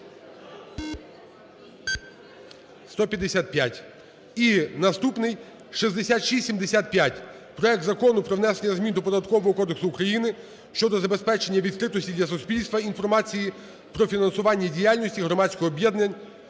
За-155 І наступний 6675: проект Закону про внесення змін до Податкового кодексу України щодо забезпечення відкритості для суспільства інформації про фінансування діяльності громадських об'єднань